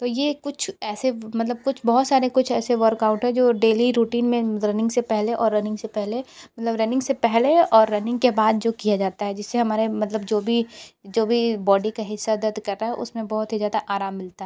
तो ये कुछ ऐसे मतलब कुछ बहुत सारे कुछ ऐसे वर्कआउट है जो डेली रूटीन में रनिंग से पहले और रनिंग से पहले मतलब रनिंग से पहले और रनिंग के बाद जो किया जाता है जिससे हमारे मतलब जो भी जो भी हमारे बॉडी का हिस्सा दर्द कर रहा है उसमें बहुत ही ज़्यादा आराम मिलता है